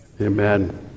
Amen